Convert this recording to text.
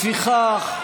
לפיכך,